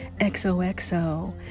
XOXO